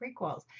prequels